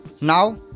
now